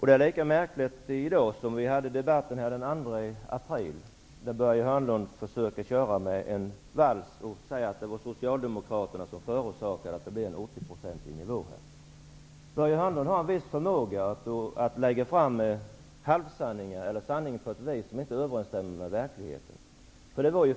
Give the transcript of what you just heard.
Det är lika märkligt i dag som när vi hade en debatt här den 2 april när Börje Hörnlund försöker att köra en vals och säga att det var Börje Hörnlund har en viss förmåga att lägga fram sanningar på ett vis som inte överensstämmer med verkligheten.